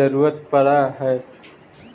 जरूरत पड़ हैं?